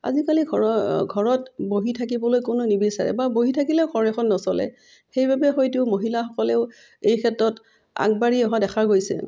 আজিকালি ঘৰ ঘৰত বহি থাকিবলৈ কোনেও নিবিচাৰে বা বহি থাকিলেও ঘৰ এখন নচলে সেইবাবে হয়তো মহিলাসকলেও এই ক্ষেত্ৰত আগবাঢ়ি অহা দেখা গৈছে